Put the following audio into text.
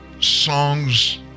songs